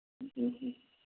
ꯎꯝ ꯎꯝ ꯎꯝ